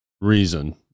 reason